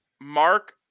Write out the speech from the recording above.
mark